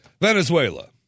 Venezuela